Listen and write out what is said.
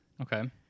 Okay